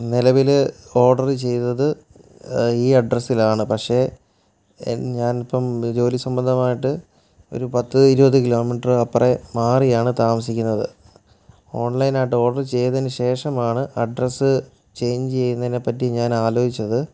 നിലവിൽ ഓർഡർ ചെയ്തത് ഈ അഡ്രസ്സിൽ ആണ് പക്ഷെ ഞാൻ ഇപ്പം ജോലി സംബന്ധമായിട്ട് ഒരു പത്തു ഇരുപത് കിലോ മീറ്റർ അപ്പുറം മാറിയാണ് താമസിക്കുന്നത് ഓൺ ലൈൻ ആയിട്ട് ഓർഡർ ചെയ്തതിന് ശേഷമാണ് അഡ്രസ്സ് ചേഞ്ച് ചെയ്യുന്നതിനെ പറ്റി ഞാൻ ആലോചിച്ചത്